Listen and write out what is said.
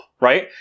right